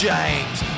James